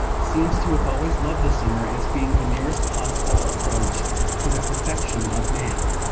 seems to have always loved the sinner as being the nearest possible approach to the perfection of man.